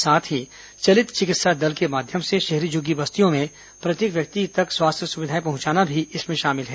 साथ ही चलित चिकित्सा दल के माध्यम से शहरी झूम्गी बस्तियों में प्रत्येक व्यंक्ति तक स्वास्थ्य सुविधाए पहुंचाना भी इसमें शामिल है